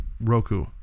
Roku